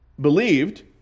Believed